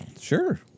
Sure